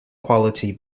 quality